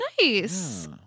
nice